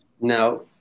Now